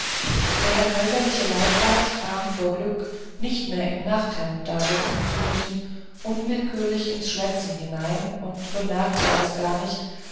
der herr kaiserliche leibarzt kam vor glück nicht mehr im nachthemd dasitzen zu müssen unwillkürlich ins schwätzen hinein und bemerkte erst gar nicht